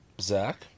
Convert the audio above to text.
Zach